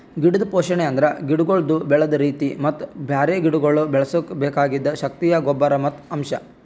ಗಿಡದ್ ಪೋಷಣೆ ಅಂದುರ್ ಗಿಡಗೊಳ್ದು ಬೆಳದ್ ರೀತಿ ಮತ್ತ ಬ್ಯಾರೆ ಗಿಡಗೊಳ್ ಬೆಳುಸುಕ್ ಬೆಕಾಗಿದ್ ಶಕ್ತಿಯ ಗೊಬ್ಬರ್ ಮತ್ತ್ ಅಂಶ್